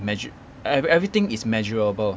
measu~ ev~ everything is measurable